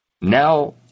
now